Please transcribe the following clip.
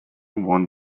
won